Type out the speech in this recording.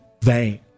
vain